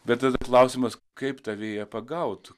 bet tada klausimas kaip tą vėją pagaut